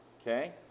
Okay